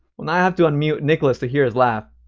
well, now i have to unmute nicholas to hear his laugh.